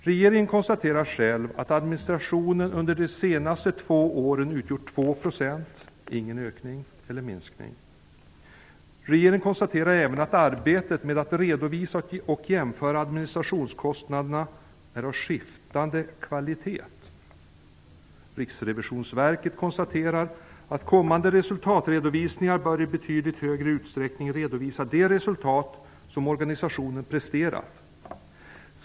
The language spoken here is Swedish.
Regeringen konstaterar själv att administrationen under de senaste två åren utgjort 2 %-- ingen ökning eller minskning. Regeringen konstaterar även att arbetet med att redovisa och jämföra administrationskostnaderna är av skiftande kvalitet. Riksrevisionsverket konstaterar att kommande resultatredovisningar i betydligt högre utsträckning bör redovisa de resultat som organisationen presterat.